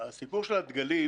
האם הוא נפיץ כמו מצעד הדגלים,